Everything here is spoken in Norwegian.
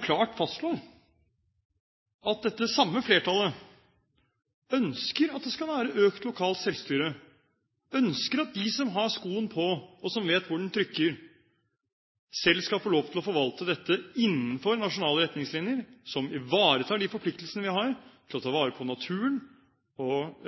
klart fastslår at dette samme flertallet ønsker at det skal være økt lokalt selvstyre. De ønsker at de som har skoen på, og som vet hvor den trykker, selv skal få lov til å forvalte dette innenfor nasjonale retningslinjer som ivaretar de forpliktelsene vi har til å ta vare på naturen og